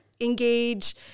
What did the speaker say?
engage